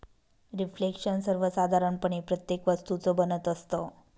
reflection सर्वसाधारणपणे प्रत्येक वस्तूचं बनत असतं